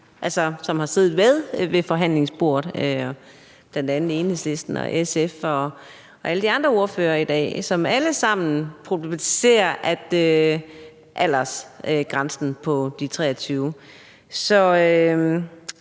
som har siddet med ved forhandlingsbordet, bl.a. Enhedslisten og SF, og alle de andre ordførere i dag, som alle sammen problematiserer aldersgrænsen på de 23